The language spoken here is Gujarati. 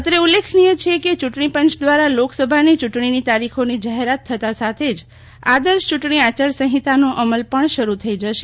અત્રે ઉલ્લેખનીય છે કે ચુંટણીપંચ દ્રારા લોક સભાની ચુંટણીની તારીખોની જાહેરાત થતાં સાથે આર્દશ આયાર સંહિતાનો અમલ પણ શરૂ થઈ જશે